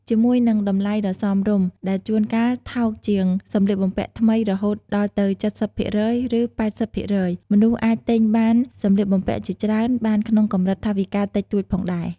ជាមួយនឹងតម្លៃដ៏សមរម្យ ដែលជួនកាលថោកជាងសម្លៀកបំពាក់ថ្មីរហូតដល់ទៅ ៧០% ឬ ៨០% មនុស្សអាចទិញបានសម្លៀកបំពាក់ជាច្រើនបានក្នុងកម្រិតថវិកាតិចតួចផងដែរ។